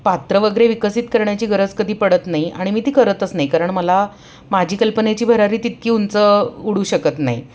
पात्र वगैरे विकसित करण्याची गरज कधी पडत नाही आणि मी ती करतच नाही कारण मला माझी कल्पनेची भरारी तितकी उंच उडू शकत नाही